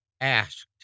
asked